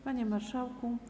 Panie Marszałku!